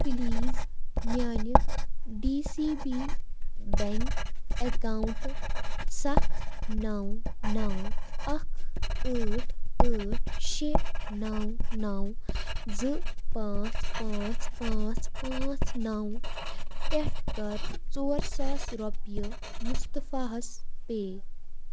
please میٛانہِ D C B bank account سَتھ نَو نَو اَکھ ٲٹھ ٲٹھ شےٚ نَو نَو زٕ پانٛژھ پانٛژھ پانٛژھ پانٛژھ نَو پؠٹھ کَر ژور ساس رۆپیہِ مُستٕفاحس پے